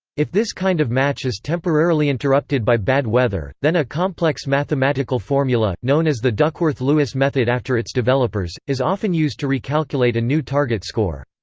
if this kind of match is temporarily interrupted by bad weather, then a complex mathematical formula, known as the duckworth-lewis method after its developers, is often used to recalculate a new target score.